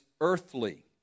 earthly